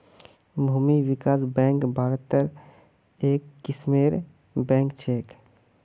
भूमि विकास बैंक भारत्त एक किस्मेर बैंक छेक